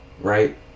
Right